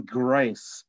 grace